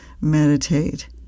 meditate